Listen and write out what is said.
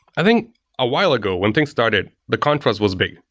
i think a while ago, when things started, the contrast was big,